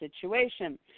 situation